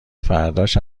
فرداش